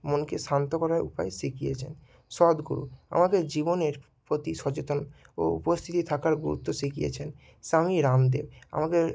মনকে শান্ত করার উপায় শিখিয়েছেন সদ্গুরু আমাকে জীবনের প্রতি সচেতন ও উপস্থিতি থাকার গুরুত্ব শিখিয়েছেন স্বামী রামদেব আমাকে